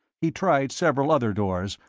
he tried several other doors,